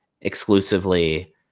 exclusively